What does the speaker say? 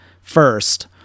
first